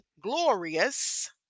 glorious